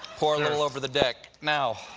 pour a little over the deck. now,